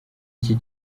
iki